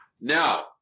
Now